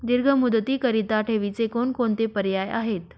दीर्घ मुदतीकरीता ठेवीचे कोणकोणते पर्याय आहेत?